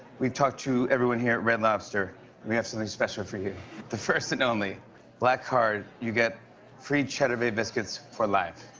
we've talked to everyone here at red lobster, and we have something special for you the first and only black card. you get free cheddar bay biscuits for life.